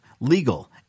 Legal